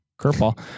Curveball